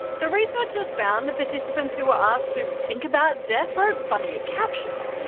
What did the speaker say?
the researchers found the participants who were asked to think about death wrote funnier captions.